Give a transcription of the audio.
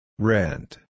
Rent